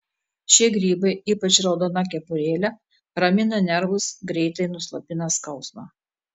šie grybai ypač raudona kepurėle ramina nervus greitai nuslopina skausmą